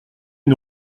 une